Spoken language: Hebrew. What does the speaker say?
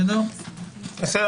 למשל,